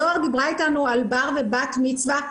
זוהר דיברה איתנו על בר ובת מצווה.